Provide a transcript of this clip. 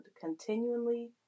continually